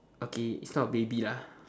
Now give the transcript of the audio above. okay it's not a baby lah